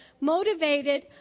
motivated